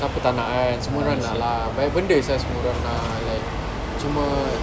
siapa tak nak kan semua orang nak lah banyak benda sia semua orang nak like cuma